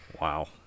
wow